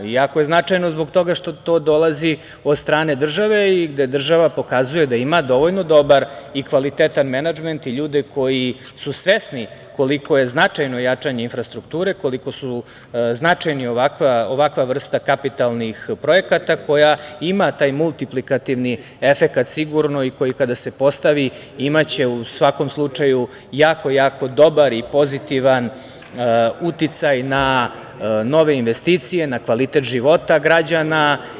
Jako je značajno zbog toga što to dolazi od strane države i gde država pokazuje da ima dovoljno dobar i kvalitetan menadžment i ljude koji su svesni koliko je značajno jačanje infrastrukture, koliko su značajni ovakva vrsta kapitalnih projekata, koja ima taj multiplikativni efekat sigurno i koji kada se postavi imaće u svakom slučaju jako, jako dobar i pozitivan uticaj na nove investicije, na kvalitet života građana.